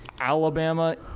Alabama